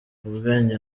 ubwenge